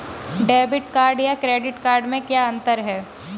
Debit या credit card में क्या अन्तर है?